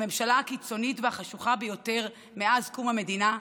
"הממשלה הקיצונית והחשוכה ביותר מאז קום המדינה",